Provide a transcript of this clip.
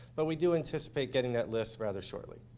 but we do anticipate getting that list rather shortly.